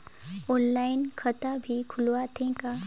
Online खाता भी खुलथे का?